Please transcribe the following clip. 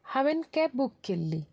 हांवें cab book केल्ली